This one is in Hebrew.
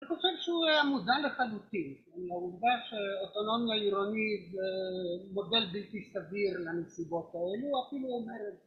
‫אני חושבת שהוא היה מאוזן לחלוטין. ‫הרובה שאוטונומיה עירונית ‫מודל בלתי סביר לנסיבות האלו, ‫אפילו אומרת...